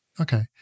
Okay